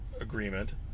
agreement